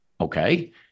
okay